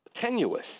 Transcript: tenuous